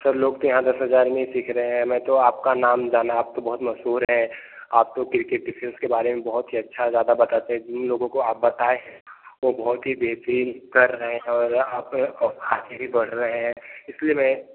sir लोग तो यहाँ दस हज़ार में ही सीख रहे हैं मैं तो आपका नाम जाना आप तो बहुत मशहूर हैं आप तो किरकेट डिफेंस के बारे में बहुत ही अच्छा ज़्यादा बताते हैं जिन लोगों को आप बताए हैं वह बहुत ही बेहतरीन कर रहे हैं और अब और आगे भी बढ़ रहे हैं इसलिए मैं